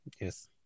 yes